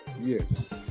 Yes